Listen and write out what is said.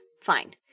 Fine